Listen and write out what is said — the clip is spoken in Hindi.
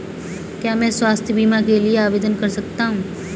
क्या मैं स्वास्थ्य बीमा के लिए आवेदन कर सकता हूँ?